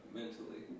mentally